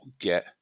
get